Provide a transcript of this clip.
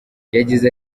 yagize